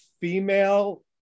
female